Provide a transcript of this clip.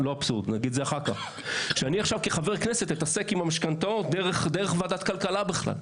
שאני עכשיו אתעסק עם המשכנתאות דרך ועדת כלכלה בכלל,